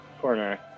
corner